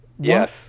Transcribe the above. yes